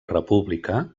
república